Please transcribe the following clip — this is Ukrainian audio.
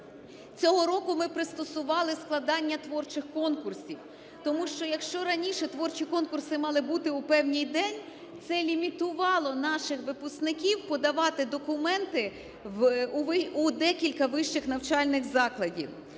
Цього року ми пристосували складання творчих конкурсів, тому що, якщо раніше творчі конкурси мали бути у певний день, це лімітувало наших випускників подавати документи у декілька вищих навчальних закладів.